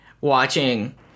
watching